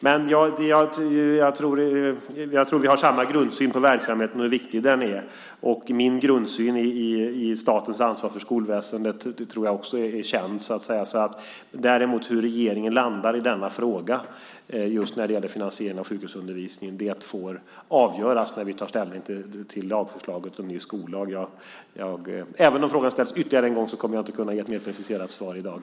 Jag tror att vi har samma grundsyn på verksamheten och på hur viktig den är. Och min grundsyn i statens ansvar för skolväsendet är också känd. Hur regeringen landar i denna fråga när det just gäller finansieringen av sjukhusundervisningen får däremot avgöras när vi tar ställning till lagförslaget om ny skollag. Även om frågan ställs ytterligare en gång kommer jag inte att kunna ge ett mer preciserat svar i dag.